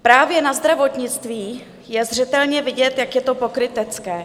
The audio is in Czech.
Právě na zdravotnictví je zřetelně vidět, jak je to pokrytecké.